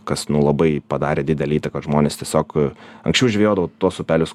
kas nu labai padarė didelę įtaką žmonės tiesiog anksčiau žvejodavo tuos upelius